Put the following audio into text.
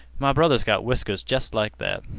my brother s got whiskers jest like that.